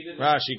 Rashi